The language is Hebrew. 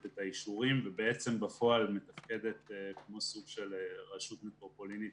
את האישורים ובעצם בפועל מתפקדת כמו סוג של רשות מטרופולינית